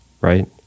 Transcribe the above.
right